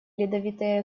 ледовитый